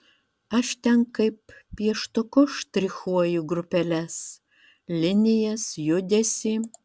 aš ten kaip pieštuku štrichuoju grupeles linijas judesį